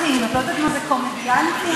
שלוש דקות לרשותך.